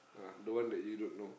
uh the one that you don't know